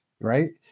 right